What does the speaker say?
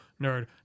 Nerd